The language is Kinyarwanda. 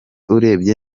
urebye